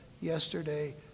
yesterday